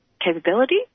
capability